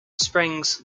springs